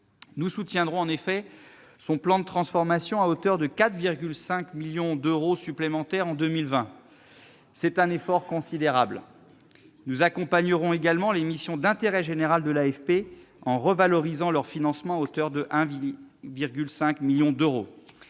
Nous soutiendrons son plan de transformation, à hauteur de 4,5 millions d'euros supplémentaires en 2020. C'est un effort considérable. Nous accompagnerons également les missions d'intérêt général de l'AFP, en revalorisant leur financement à hauteur de 1,5 million d'euros.